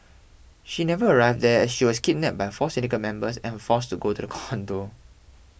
she never arrived there she was kidnapped by four syndicate members and forced to go to the condo